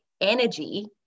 energy